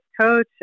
coach